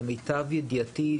למיטב ידיעתי,